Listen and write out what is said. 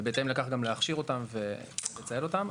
ובהתאם לכך גם להכשיר אותם ולצייד אותם.